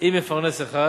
עם מפרנס אחד.